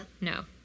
no